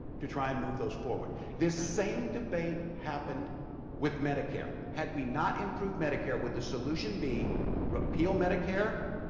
to try and move those forward. this same debate happened with medicare. had we not improved medicare, would the solution be repeal medicare?